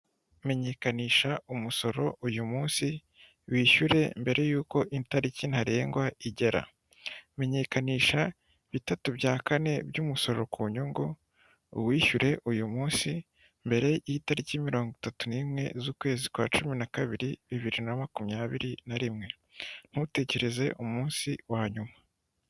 Menyekanisha umusoro uyu munsi wishyure mbere y'uko itariki ntarengwa igera, menyekanisha bitatu bya kane by'umusoro ku nyungu, uwishyure uyu munsi mbere y'itariki mirongo itatu n'imwe z'ukwezi kwa cumi na kabiri bibiri na makumyabiri na rimwe, ntutekereze umunsi wa nyuma.